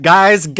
Guys